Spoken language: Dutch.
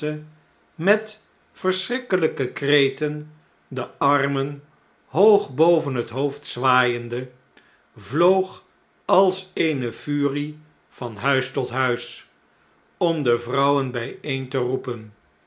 met verschrikkelpe kreten de armen hoog bovenhet hoofd zwaaiende vloog als eene furie van huis tot huis om de vrouwen bjjeen te roepen